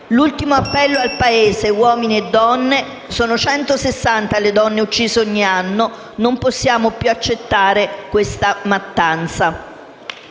ultimo appello al Paese, agli uomini e alle donne. Sono 160 le donne uccise ogni anno, non possiamo più accettare questa mattanza.